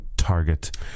target